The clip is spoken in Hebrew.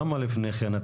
למה לפני כן?